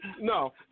No